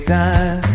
time